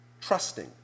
trusting